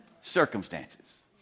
circumstances